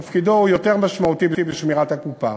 זה תפקידו, הוא יותר משמעותי בשמירת הקופה.